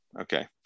Okay